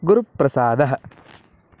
गुरुप्रसादः